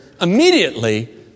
immediately